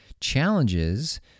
challenges